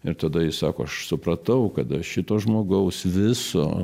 ir tada jis sako aš supratau kad aš šito žmogaus viso